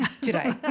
Today